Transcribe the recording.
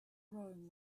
rome